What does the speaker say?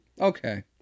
Okay